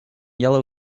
yellow